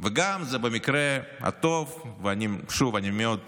וגם במקרה הטוב, ושוב, אני מאוד זהיר,